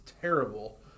terrible